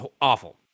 awful